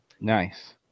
nice